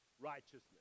righteousness